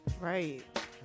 Right